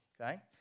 okay